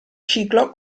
ciclo